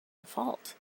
default